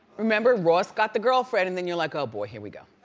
remember ross got the girlfriend, and then you're like, oh boy here we go.